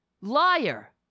Liar